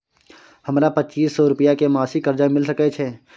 हमरा पच्चीस सौ रुपिया के मासिक कर्जा मिल सकै छै?